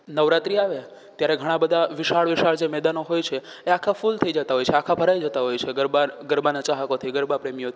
નવરાત્રી આવે ત્યારે ઘણાબધા જે વિશાળ વિશાળ મેદાનો હોય છે એ આખા ફૂલ થઈ જતા હોય છે આખા ભરાઈ જતાં હોય છે ગરબા ગરબાના ચાહકોથી ગરબા પ્રેમીઓથી